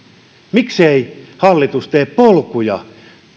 miksei hallitus tee polkuja